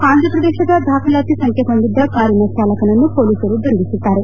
ಆಂಧ್ರಪ್ರದೇಶದ ದಾಖಲಾತಿ ಸಂಖ್ಯೆ ಹೊಂದಿದ್ದ ಕಾರಿನ ಚಾಲಕನನ್ನು ಹೊಲೀಸರು ಬಂಧಿಸಿದ್ದಾರೆ